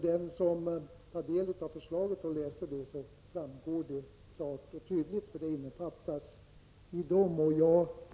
Det framgår klart och tydligt för den som tar del av förslaget.